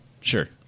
Sure